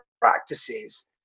practices